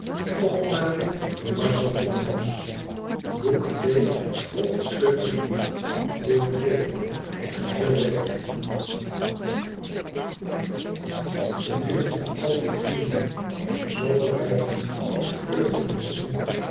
gedurende al die uren zoo rijk in gebeurtenissen